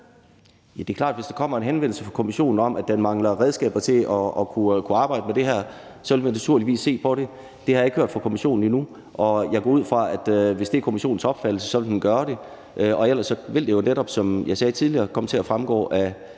Det er klart, at hvis der kommer en henvendelse fra kommissionen om, at den mangler redskaber til at kunne arbejde med det her, vil vi naturligvis se på det. Det har jeg ikke hørt fra kommissionen endnu, og jeg går ud fra, at hvis det er kommissionens opfattelse, vil den gøre det. Ellers vil det jo netop, som jeg sagde tidligere, komme til at fremgå af